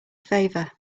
favor